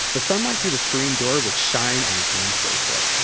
the sunlight through the screen door would shine on his link bracelet,